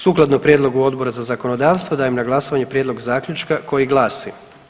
Sukladno prijedlogu Odbora za zakonodavstvo dajem na glasovanje prijedlog zaključka koji glasi.